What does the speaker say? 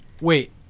wait